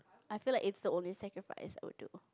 I feel like it's the only sacrifice I would do